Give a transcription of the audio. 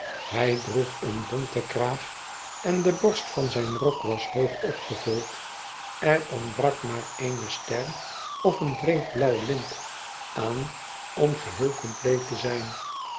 hij droeg een bonten kraag en de borst van zijn rok was hoog opgevuld er ontbrak maar eene ster of een breed blauw lint aan om geheel compleet te zijn